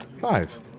Five